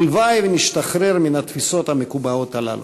ולוואי שנשתחרר מהתפיסות המקובעות הללו.